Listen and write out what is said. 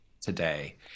today